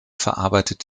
verarbeitet